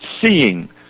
seeing